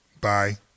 Bye